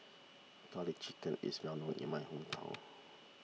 Garlic Chicken is well known in my hometown